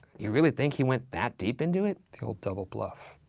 you really think he went that deep into it? the old double bluff.